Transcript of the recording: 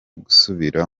gusubira